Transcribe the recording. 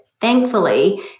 thankfully